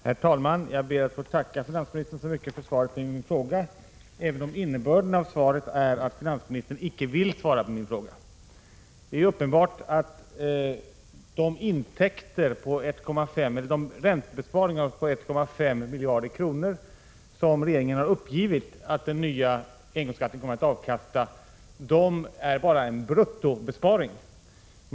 Herr talman! Jag ber att få tacka finansministern så mycket för svaret på min fråga, även om innebörden av svaret är att finansministern icke vill svara på min fråga. Det är uppenbart att de räntebesparingar på 1,5 miljarder kronor som regeringen har uppgivit att den nya engångsskatten kommer att avkasta bara är en bruttobesparing.